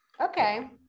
okay